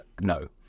No